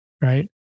right